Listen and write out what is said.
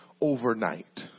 overnight